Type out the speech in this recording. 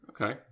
Okay